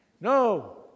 no